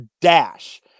dash